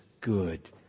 good